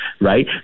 right